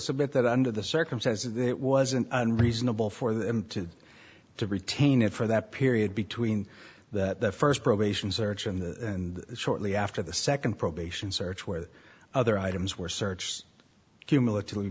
submit that under the circumstances it wasn't unreasonable for them to to retain it for that period between that first probation search and shortly after the second probation search where other items were searched cumulatively